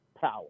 power